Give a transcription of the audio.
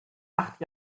acht